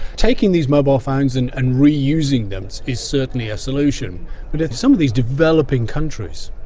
taking these mobile phones and and reusing them is certainly a solution. but some of these developing countries,